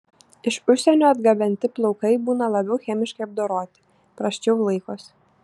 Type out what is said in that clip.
iš užsienio atgabenti plaukai būna labiau chemiškai apdoroti prasčiau laikosi